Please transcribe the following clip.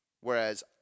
Whereas